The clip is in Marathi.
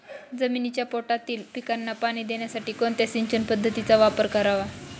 जमिनीच्या पोटातील पिकांना पाणी देण्यासाठी कोणत्या सिंचन पद्धतीचा वापर करावा?